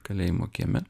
kalėjimo kieme